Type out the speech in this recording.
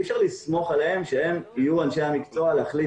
אי אפשר לסמוך עליהם שהם יהיו אנשי המקצוע להחליט